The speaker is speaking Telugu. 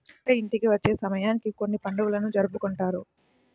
పంట ఇంటికి వచ్చే సమయానికి కొన్ని పండుగలను జరుపుకుంటారు